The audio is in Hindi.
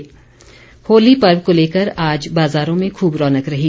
होली होली पर्व को लेकर आज बाजारों में खूब रौनक रही